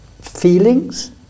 feelings